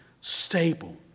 stable